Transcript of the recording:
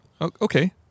okay